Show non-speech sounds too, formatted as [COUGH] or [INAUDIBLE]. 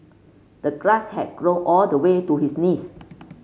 the grass had grown all the way to his knees [NOISE]